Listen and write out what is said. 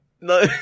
No